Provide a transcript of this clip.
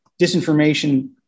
disinformation